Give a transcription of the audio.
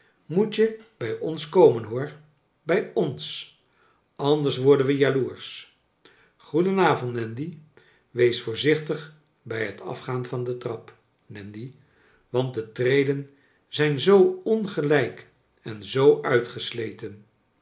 moet je bij ons komen hoor bij ons anders worden we jaloersch goeden avond nandy wees voorzichtig bij het afgaan van de trap nandy want de treden zijn zoo ongelrjk en zoo uitgesleten